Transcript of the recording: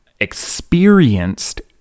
experienced